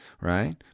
right